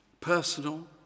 personal